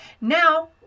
Now